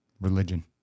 Religion